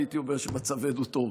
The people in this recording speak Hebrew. הייתי אומר שמצבנו טוב,